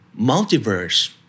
multiverse